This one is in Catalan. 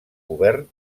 govern